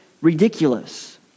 ridiculous